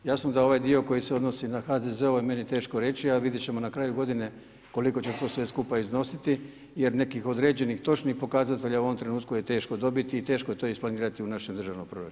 Jasno da ovaj dio koji se odnosi na HZZO je meni teško reći, a vidjet ćemo na kraju godine koliko će to sve skupa iznositi jer nekih određenih točnih pokazatelja u ovom trenutku je teško dobiti i teško je to isplanirati u našem državnom proračunu.